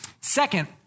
Second